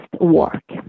work